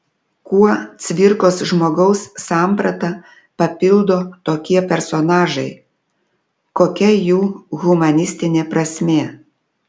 kuo cvirkos žmogaus sampratą papildo tokie personažai kokia jų humanistinė prasmė